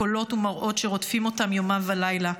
קולות ומראות שרודפים אותם יומם ולילה.